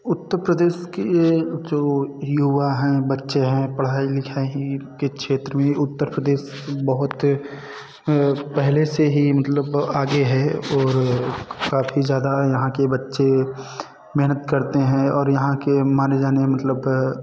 उत्तर प्रदेश के जो युवा हैं बच्चे हैं पढ़ाई लिखाई के क्षेत्र में उत्तर प्रदेश में बहुत पहले से ही मतलब आगे हैं और काफ़ी ज़्यादा है यहाँ के बच्चे मेहनत करते हैं और यहाँ के माने जाने मतलब